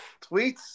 Tweets